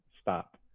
stop